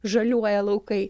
žaliuoja laukai